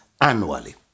annually